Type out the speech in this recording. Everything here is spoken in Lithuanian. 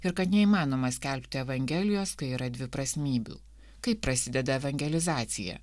ir kad neįmanoma skelbti evangelijos kai yra dviprasmybių kai prasideda evangelizacija